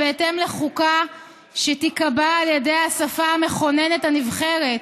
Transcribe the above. "בהתאם לחוקה שתיקבע על ידי האספה המכוננת הנבחרת